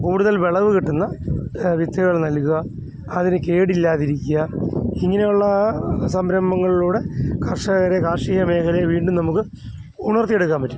കൂടുതൽ വിളവ് കിട്ടുന്ന വിത്തുകൾ നൽകുക അതിന് കേടില്ലാതിരിക്കുക ഇങ്ങനെയുള്ള സംഭരംഭങ്ങളിലൂടെ കർഷകരെ കാർഷിക മേഖലയിൽ വീണ്ടും നമുക്ക് ഉണർത്തി എടുക്കാൻ പറ്റും